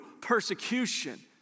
persecution